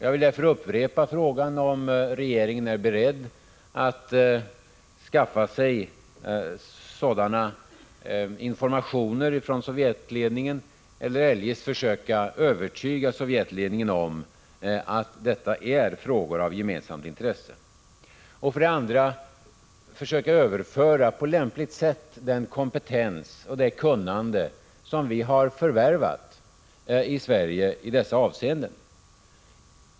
Jag vill därför upprepa frågan om regeringen är beredd att skaffa sig sådana informationer från Sovjetledningen eller eljest försöka övertyga Sovjetledningen om att detta är frågor av gemensamt intresse. Dessutom bör man på lämpligt sätt försöka överföra den kompetens och det kunnande som vi i Sverige har förvärvat i dessa avseenden.